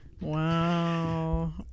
wow